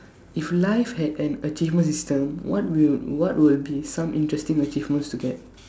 if life had an achievement system what will what will be some interesting achievements to get